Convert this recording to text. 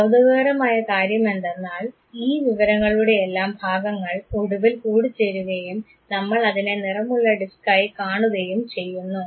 കൌതുകകരമായ കാര്യമെന്തെന്നാൽ ഈ വിവരങ്ങളുടെയെല്ലാം ഭാഗങ്ങൾ ഒടുവിൽ കൂടിച്ചേരുകയും നമ്മൾ അതിനെ നിറമുള്ള ഡിസ്ക്കായി കാണുകയും ചെയ്യുന്നു